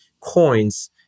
Coins